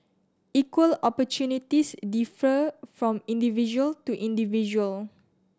equal opportunities differ from individual to individual